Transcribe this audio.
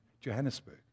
Johannesburg